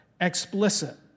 Explicit